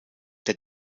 der